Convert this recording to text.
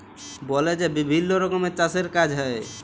বলে যে বিভিল্ল্য রকমের চাষের কাজ হ্যয়